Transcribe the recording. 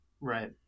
right